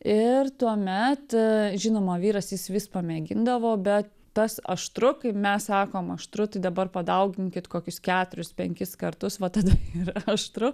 ir tuomet žinoma vyras jis vis pamėgindavo bet tas aštru kaip mes sakom aštru tai dabar padauginkit kokius keturis penkis kartus va tada ir aštru